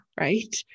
right